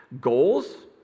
Goals